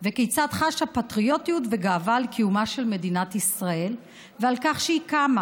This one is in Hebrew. וכיצד חשה פטריוטיות וגאווה על קיומה של מדינת ישראל ועל כך שהיא קמה.